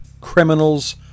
criminals